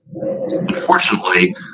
Unfortunately